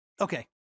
Okay